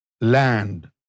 land